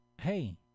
hey